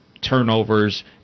turnovers